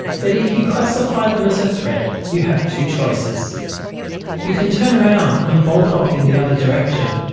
but if you classify them as a threat you have two choices you can turn around and bolt off in the other direction,